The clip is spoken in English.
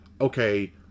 okay